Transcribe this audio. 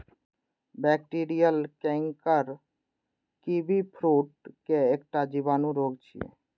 bacterial canker kiwi fruit के एकटा जीवाणु रोग छियै